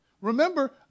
Remember